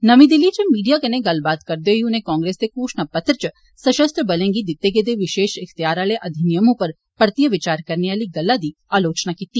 नमीं दिल्ली च मीडिया कन्नै गल्लबात करदे होई उनें कांग्रेस दे घोषणा पत्र च सशस्त्र बलें गी दित्ते गेदे विशेष अख्तियार आह्ले अधिनियम उप्पर परतियै विचार करनै आह्ली गल्लां दी आलोचना कीती